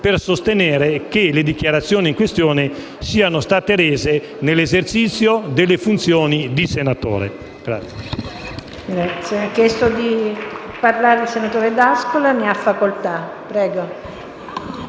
per sostenere che le dichiarazioni in questione siano state rese nell'esercizio delle funzioni di senatore.